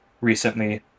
recently